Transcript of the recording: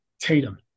Tatum